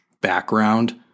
background